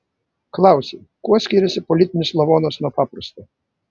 klausei kuo skiriasi politinis lavonas nuo paprasto